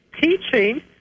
teaching